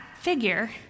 figure